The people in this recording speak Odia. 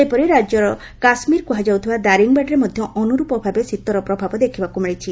ସେହିପରି ରାଜ୍ୟର କାଶ୍ମୀର କୁହାଯାଉଥିବା ଦାରିଙ୍ଗବାଡ଼ିରେ ମଧ୍ଧ ଅନୁର୍ରପ ଭାବେ ଶୀତର ପ୍ରଭାବ ଦେଖବାକୁ ମିଳିଛି